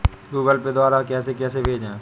Google Pay द्वारा पैसे कैसे भेजें?